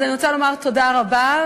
אז אני רוצה לומר תודה רבה.